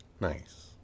nice